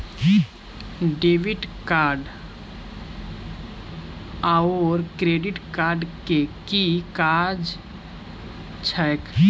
Debit card आओर credit card केँ की काज छैक?